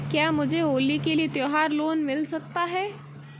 क्या मुझे होली के लिए त्यौहार लोंन मिल सकता है?